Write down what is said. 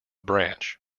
branch